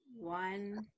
One